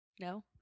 No